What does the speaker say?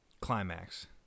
climax